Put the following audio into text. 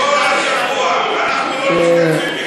כל השבוע אנחנו לא משתתפים בכלל בדיון.